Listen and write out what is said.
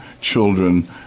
children